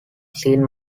seen